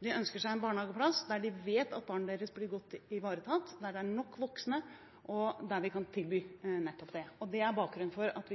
der de vet at barnet deres blir godt ivaretatt, der det er nok voksne – der de kan tilby nettopp det. Det er bakgrunnen for at